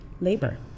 labor